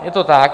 Je to tak.